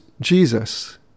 Jesus